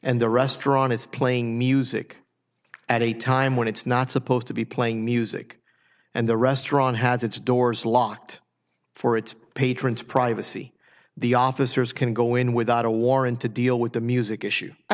and the restaurant is playing music at a time when it's not supposed to be playing music and the restaurant has its doors locked for its patrons privacy the officers can go in without a warrant to deal with the music issue i